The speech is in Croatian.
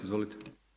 Izvolite.